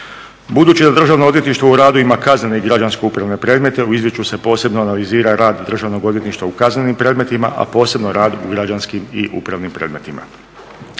Budući da Državno odvjetništvo u radu ima kaznene i građansko-upravne predmete, u izvješću se posebno analizira rad Državnog odvjetništva u kaznenim predmetima, a posebno rad u građanskim i upravnim predmetima.